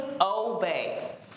obey